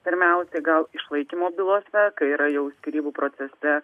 pirmiausia gal išlaikymo bylose kai yra jau skyrybų procese